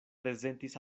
prezentis